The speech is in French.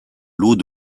lot